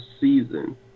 season